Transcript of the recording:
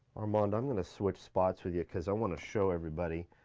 armand i'm gonna switch spots with you, cause i wanna show everybody.